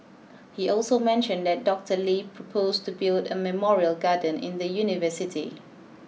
he also mentioned that Doctor Lee proposed to build a memorial garden in the university